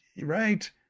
right